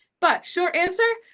but, short answer,